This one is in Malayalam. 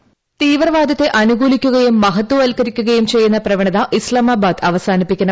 വോയിസ് തീവ്രവാദത്തെ അനുകൂലിക്കുകയും മഹത്വൽക്കരിക്കുകയും ചെയ്യുന്ന പ്രവണത ഇസ്ലാമാബാദ് അവസാനിപ്പിക്കണം